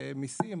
מיסים,